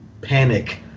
panic